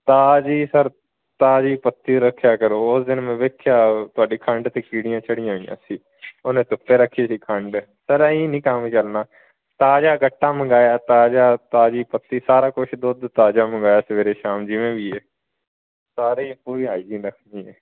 ਤਾਜ਼ੀ ਸਰ ਤਾਜ਼ੀ ਪੱਤੀ ਰੱਖਿਆ ਕਰੋ ਉਸ ਦਿਨ ਮੈਂ ਵੇਖਿਆ ਤੁਹਾਡੀ ਖੰਡ 'ਤੇ ਕੀੜੀਆਂ ਚੜ੍ਹੀਆਂ ਹੋਈਆਂ ਸੀ ਉਹਨੇ ਧੁੱਪੇ ਰੱਖੀ ਸੀ ਖੰਡ ਸਰ ਐਂਈਂ ਨਹੀਂ ਕੰਮ ਚੱਲਣਾ ਤਾਜ਼ਾ ਗੱਟਾ ਮੰਗਵਾਇਆ ਤਾਜ਼ਾ ਤਾਜ਼ੀ ਪੱਤੀ ਸਾਰਾ ਕੁਛ ਦੁੱਧ ਤਾਜ਼ਾ ਮੰਗਵਾਇਆ ਸਵੇਰੇ ਸ਼ਾਮ ਜਿਵੇਂ ਵੀ ਹੈ ਸਾਰੇ ਪੂਰੀ ਹਾਈਜੀਨ ਰੱਖਣੀ ਹੈ